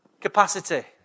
capacity